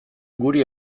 guri